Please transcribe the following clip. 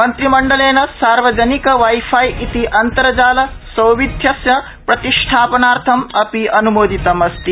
मन्त्रिमण्डलेन सार्वजनिकवाई फाई इति अन्तर्जाल सौविध्यस्य प्रतिष्ठापनार्थम अपि अन्मोदितम् अस्ति